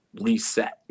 reset